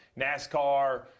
NASCAR